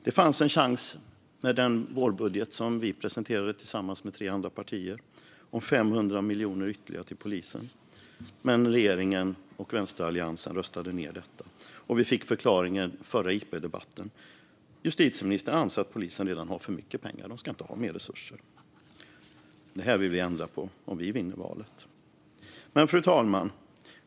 Det fanns en chans med den vårbudget som vi presenterade tillsammans med tre andra partier, som innehöll ytterligare 500 miljoner till polisen, men regeringen och vänsteralliansen röstade ned detta. Förklaringen kom i den förra interpellationsdebatten: Justitieministern anser att polisen redan har för mycket pengar; de ska inte ha mer resurser. Det här vill vi ändra på om vi vinner valet. Fru talman!